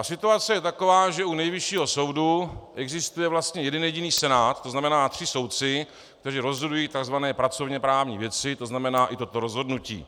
Situace je taková, že u Nejvyššího soudu existuje vlastně jeden jediný senát, to znamená tři soudci, kteří rozhodují takzvané pracovněprávní věci, to znamená i toto rozhodnutí.